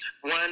one